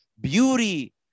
beauty